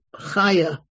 Chaya